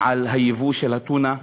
על יבוא טונה,